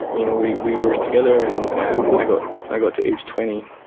you know we we were together and and i got i got to age twenty.